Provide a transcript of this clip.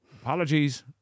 Apologies